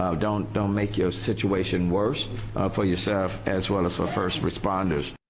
um don't don't make your situation worse for yourself as well as for first responders.